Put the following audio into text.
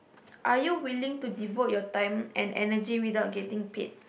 are you willing to devote your time and energy without getting paid